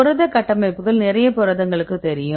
புரத கட்டமைப்புகள் நிறைய புரதங்களுக்கு தெரியும்